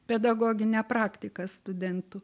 pedagoginė praktika studentų